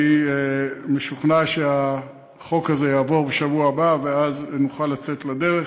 אני משוכנע שהחוק הזה יעבור בשבוע הבא ואז נוכל לצאת לדרך.